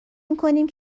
میکنیم